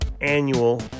annual